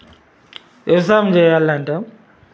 A song చేయాలంటావు